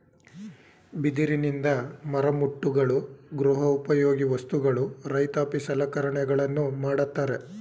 ಬಿದಿರಿನಿಂದ ಮರಮುಟ್ಟುಗಳು, ಗೃಹ ಉಪಯೋಗಿ ವಸ್ತುಗಳು, ರೈತಾಪಿ ಸಲಕರಣೆಗಳನ್ನು ಮಾಡತ್ತರೆ